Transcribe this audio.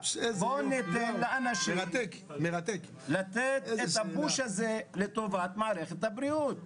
בואו ניתן לאנשים לתת את הפוש הזה לטובת מערכת הבריאות.